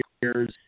years